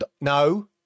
No